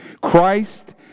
Christ